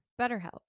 BetterHelp